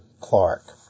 Clark